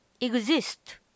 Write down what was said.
exist